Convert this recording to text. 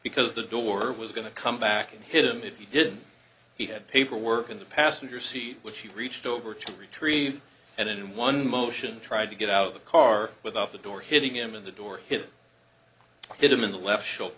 because the door was going to come back and hit him if he did he had paperwork in the passenger seat which he reached over to retrieve and in one motion tried to get out of the car without the door hitting him in the door hit him in the left sho